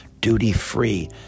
duty-free